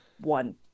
one